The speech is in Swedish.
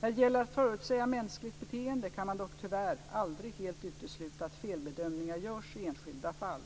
När det gäller att förutsäga mänskligt beteende kan man dock tyvärr aldrig helt utesluta att felbedömningar görs i enskilda fall.